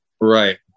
Right